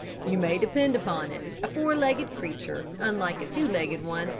you may depend upon it, a four-legged creature, unlike a two-legged one,